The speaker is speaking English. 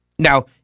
Now